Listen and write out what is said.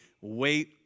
wait